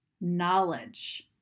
knowledge